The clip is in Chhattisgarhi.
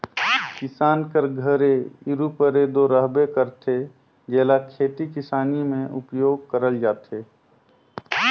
किसान कर घरे इरूपरे दो रहबे करथे, जेला खेती किसानी मे उपियोग करल जाथे